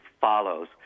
follows